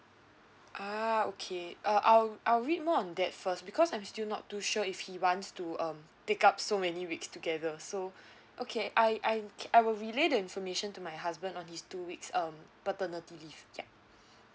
a'ah okay uh I'll I'll read more on that first because I'm still not too sure if he wants to um pick up so many weeks together so okay I I I will rely the information to my husband on his two weeks um paternity leave ya